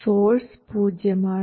source പൂജ്യമാണ്